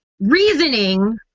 reasoning